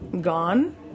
gone